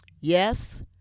Yes